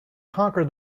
conquer